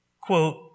quote